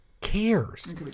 cares